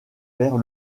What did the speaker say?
vers